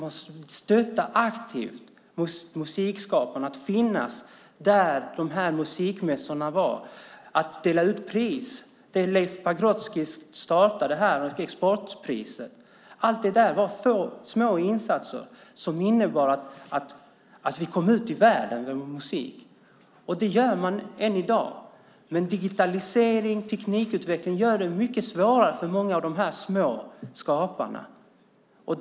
Att aktivt stötta musikskaparna att finnas där musikmässorna hölls, att dela ut det exportpris som Leif Pagrotsky startade var små insatser som innebar att vi kom ut i världen med musik. Det gör man än i dag. Men digitalisering och teknikutveckling gör det mycket svårare för många av de små skaparna.